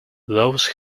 those